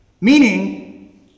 Meaning